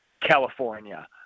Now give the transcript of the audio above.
California